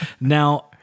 Now